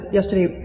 yesterday